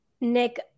Nick